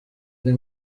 ari